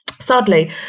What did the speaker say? sadly